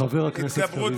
חבר הכנסת קריב.